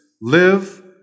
Live